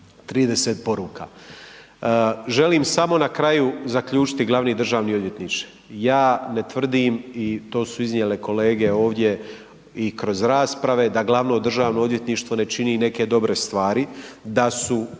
30 poruka. Želim samo na kraju zaključiti glavni državni odvjetniče, ja ne tvrdim i to su iznijele kolege ovdje i kroz rasprave da DORH ne čini neke dobre stvari, da su